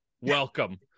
Welcome